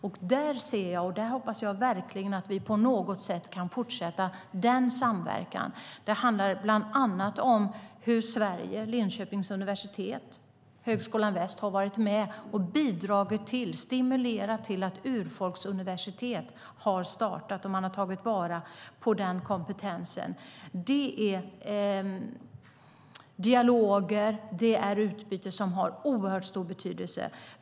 Den samverkan hoppas jag verkligen att vi på något sätt kan fortsätta. Det handlar bland annat om hur Sverige, Linköpings universitet och Högskolan Väst, har bidragit och stimulerat till att ett urfolksuniversitet har startat. Man har tagit vara på den kompetensen. Det är dialoger och utbyte som har oerhört stor betydelse.